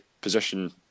position